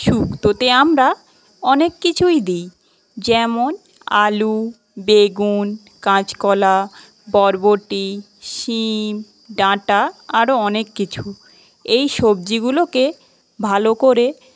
সুক্তোতে আমরা অনেক কিছুই দি যেমন আলু বেগুন কাঁচকলা বরবটি সিম ডাঁটা আরও অনেক কিছু এই সবজিগুলোকে ভালো করে